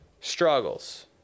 struggles